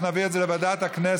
אנחנו נעביר את זה לוועדת הכנסת,